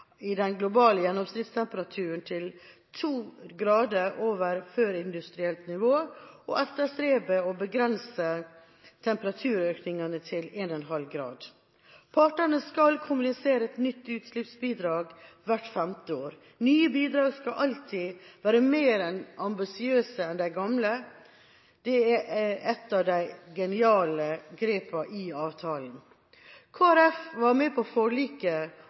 i den globale gjennomsnittstemperaturen til 2 grader over førindustrielt nivå og etterstrebe å begrense temperaturøkningene til 1,5 grader. Partene skal kommunisere et nytt utslippsbidrag hvert femte år. Nye bidrag skal alltid være mer ambisiøse enn de gamle – det er ett av de geniale grepene i avtalen. Kristelig Folkeparti var med på forliket